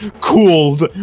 cooled